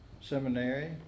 Seminary